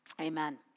Amen